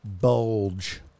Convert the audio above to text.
bulge